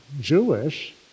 Jewish